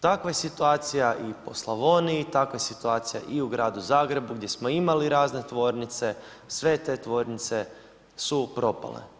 Takva je situacija i po Slavoniji, takva je situacija i u gradu Zagrebu gdje smo imali razne tvornice, sve te tvornice su propale.